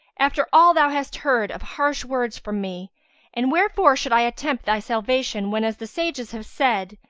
after all thou hast heard of harsh words from me and wherefore should i attempt thy salvation whenas the sages have said,